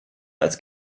als